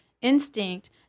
instinct